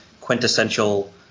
quintessential